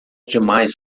demais